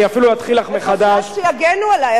אני אפילו אתחיל לך מחדש, שיגנו עלי.